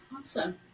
awesome